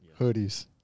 Hoodies